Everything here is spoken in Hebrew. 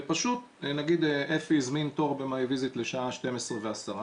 נגיד אפי הזמין תור ב-my visit לשעה 12:10,